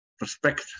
respect